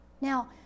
Now